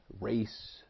race